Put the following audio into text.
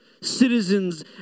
citizens